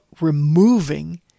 removing